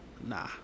nah